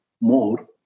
more